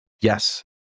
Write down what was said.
Yes